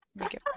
okay